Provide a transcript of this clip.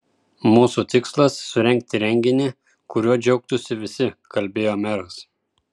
mūsų tikslas surengti renginį kuriuo džiaugtųsi visi kalbėjo meras